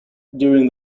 during